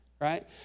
right